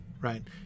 right